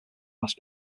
las